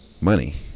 money